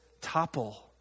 topple